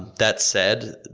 that said,